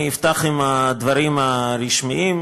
אני אפתח בדברים הרשמיים: